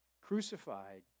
Crucified